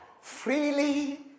freely